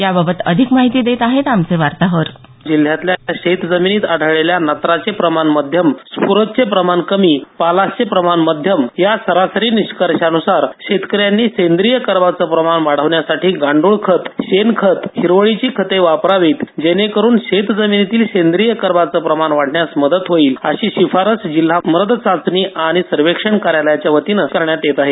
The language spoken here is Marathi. याबाबत अधिक माहिती देत आहेत आमचे वार्ताहर जिल्ह्यातल्या शेतजमिनीत आढळलेल्या नत्राचे प्रमाण मध्यम स्फुरदचे प्रमाण कमी पालाशचे प्रमाण मध्यम या सरासरी निष्कर्षानुसार शेतकऱ्यांनी सेंद्रीय कर्वाचं प्रमाण वाढवण्यासाठी गांडळ खत शेण खत हिरवळीची खते वापरावीत जेणेकरून शेतजमिनीतील सेंद्रीय कर्वाचं प्रमाण वाढण्यास मदत होईल अशी शिफारस जिल्ह्यात मद चाचणी आणि सर्वेक्षण कार्यालयाच्या वतीनं करण्यात येत आहे